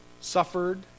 suffered